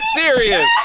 serious